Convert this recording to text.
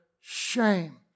shame